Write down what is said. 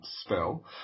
spell